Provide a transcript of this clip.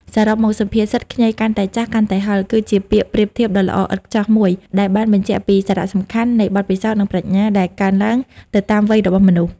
សរុបមក សុភាសិត ខ្ញីកាន់តែចាស់ កាន់តែហឹរ គឺជាពាក្យប្រៀបធៀបដ៏ល្អឥតខ្ចោះមួយដែលបានបញ្ជាក់ពីសារៈសំខាន់នៃបទពិសោធន៍ និងប្រាជ្ញា ដែលកើនឡើងទៅតាមវ័យរបស់មនុស្ស។